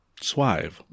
Swive